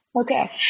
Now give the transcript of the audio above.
Okay